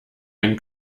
einen